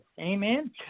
Amen